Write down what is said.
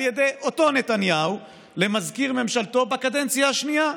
ידי אותו נתניהו למזכיר ממשלתו בקדנציה השנייה,